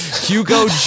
Hugo